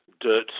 dirt